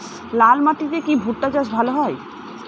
লাল মাটিতে কি ভুট্টা চাষ ভালো হয়?